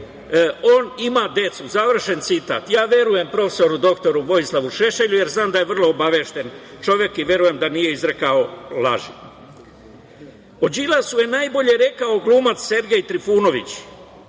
on ima decu“, završen citat. Ja verujem prof. dr Vojislavu Šešelju jer znam da je vrlo obavešten čovek i verujem da nije izrekao laži.O Đilasu je najbolje rekao glumac Sergej Trifunović,